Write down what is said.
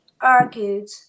argued